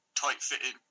tight-fitting